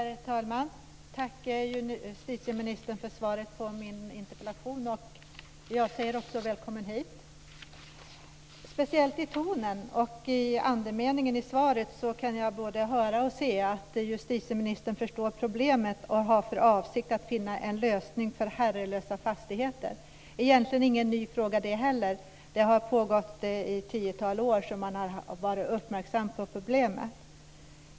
Herr talman! Tack, justitieministern, för svaret på min interpellation. Jag säger också välkommen hit. Speciellt i tonen och i andemeningen i svaret kan jag både höra och se att justitieministern förstår problemet och har för avsikt att finna en lösning för herrelösa fastigheter. Det är egentligen inte heller en ny fråga. I ett tiotal år har man varit uppmärksam på problemet.